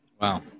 Wow